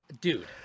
Dude